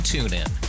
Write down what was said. TuneIn